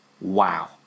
Wow